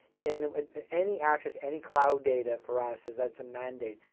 and any access to any cloud data, for us, is that it's a mandate.